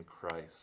Christ